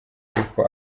ariko